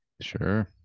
Sure